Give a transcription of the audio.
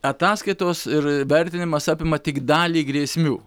ataskaitos ir vertinimas apima tik dalį grėsmių